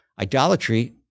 idolatry